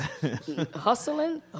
Hustling